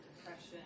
depression